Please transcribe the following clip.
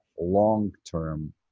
long-term